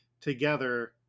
together